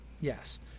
yes